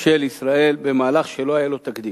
של ישראל במהלך שלא היה לו תקדים.